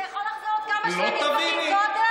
אתה יכול לחזור שני משפטים קודם?